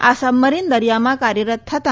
આ સબમરીન દરીયામાં કાર્યરત હતા